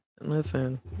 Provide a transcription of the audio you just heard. Listen